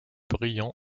brillant